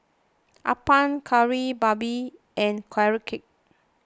Appam Kari Babi and Carrot Cake